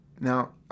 now